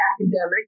academic